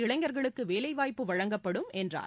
இளைஞர்களுக்கு வேலைவாய்ப்பு வழங்கப்படும் என்றார்